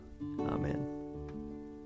Amen